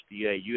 USDA